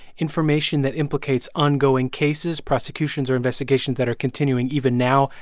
information that implicates ongoing cases, prosecutions or investigations that are continuing even now,